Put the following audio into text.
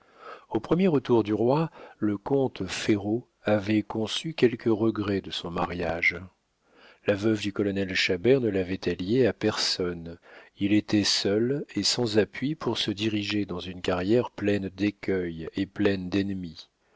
au premier retour du roi le comte ferraud avait conçu quelques regrets de son mariage la veuve du colonel chabert ne l'avait allié à personne il était seul et sans appui pour se diriger dans une carrière pleine d'écueils et pleine d'ennemis